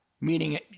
Meaning